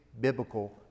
biblical